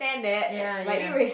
ya ya